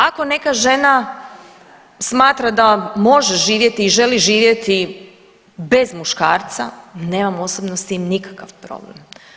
Ako neka žena smatra da može živjeti i želi živjeti bez muškarca nemam osobno s tim nikakav problem.